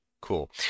Cool